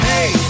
Hey